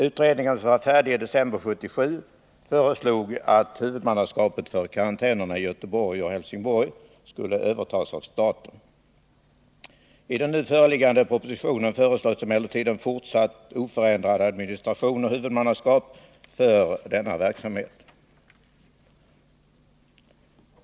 Utredningen, som var färdig i december 1977, föreslog att huvudmannaskapet för karantänerna i Göteborg och Helsingborg skulle övertas av staten. I den nu föreliggande propositionen föreslås en fortsatt oförändrad administration och oförändat huvudmannaskap för karantänsverksamheten.